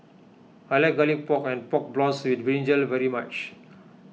I like Garlic Pork and Pork Floss with Brinjal very much